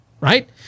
Right